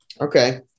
Okay